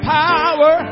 power